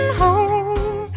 home